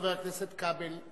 חבר הכנסת כבל.